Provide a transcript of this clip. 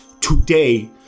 today